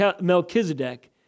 Melchizedek